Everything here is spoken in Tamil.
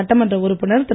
சட்டமன்ற உறுப்பினர் திரு